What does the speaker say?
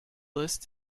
lists